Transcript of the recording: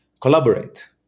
collaborate